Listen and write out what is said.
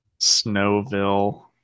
snowville